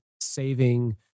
saving